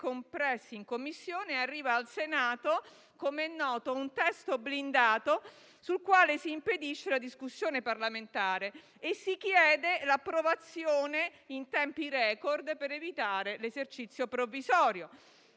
compressi in Commissione, arriva al Senato, com'è noto, un testo blindato sul quale si impedisce la discussione parlamentare e si chiede l'approvazione in tempi *record* per evitare l'esercizio provvisorio.